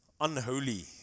Unholy